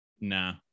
Nah